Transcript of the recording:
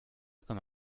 comme